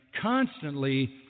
constantly